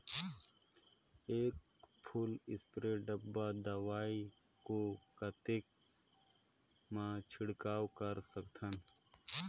एक full spray डब्बा दवाई को कतेक म छिड़काव कर सकथन?